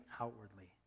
outwardly